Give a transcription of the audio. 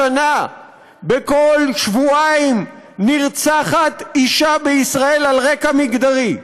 בכל שבועיים נרצחת אישה בישראל על רקע מגדרי.